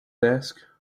desk